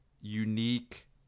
Unique